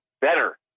better